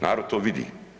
Narod to vidi.